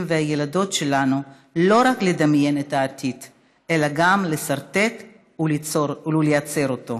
והילדות שלנו לא רק לדמיין את העתיד אלא גם לסרטט ולייצר אותו.